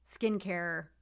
skincare